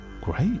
great